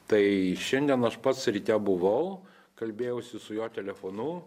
tai šiandien aš pats ryte buvau kalbėjausi su juo telefonu